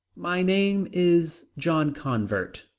my name is john convert,